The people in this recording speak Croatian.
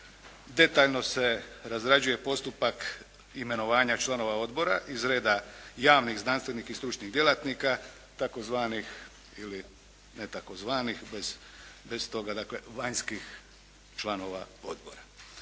detaljno se razrađuje postupak imenovanja članova odbora iz reda javnih znanstvenih i stručnih djelatnika tzv. ili ne tzv. bez toga, dakle vanjskih članova odbora.